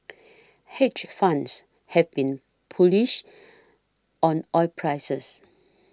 hedge funds have been bullish on oil prices